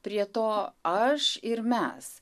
prie to aš ir mes